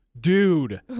dude